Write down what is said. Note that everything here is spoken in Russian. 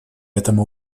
этому